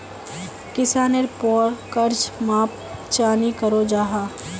किसानेर पोर कर्ज माप चाँ नी करो जाहा?